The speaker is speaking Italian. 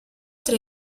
tre